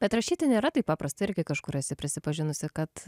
bet rašyti nėra taip paprasta irgi kažkur esu prisipažinusi kad